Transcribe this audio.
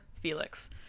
Felix